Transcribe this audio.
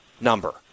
number